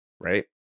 right